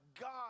God